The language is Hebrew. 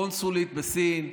קונסולית בסין,